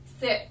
sit